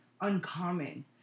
uncommon